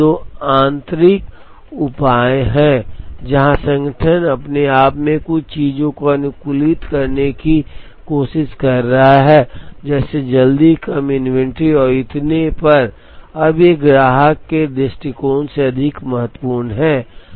पहले दो आंतरिक उपाय हैं जहां संगठन अपने आप में कुछ चीजों को अनुकूलित करने की कोशिश कर रहा है जैसे जल्दी कम इन्वेंट्री और इतने पर अब ये ग्राहक के दृष्टिकोण से अधिक महत्वपूर्ण हैं